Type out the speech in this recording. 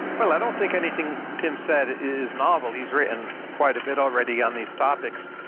well, i don't think anything tim said is novel. he's written quite a bit already on these topics.